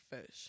fish